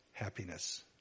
happiness